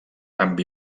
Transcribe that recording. amb